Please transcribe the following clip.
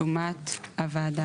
זה צריך להיות שומת הוועדה המקומית.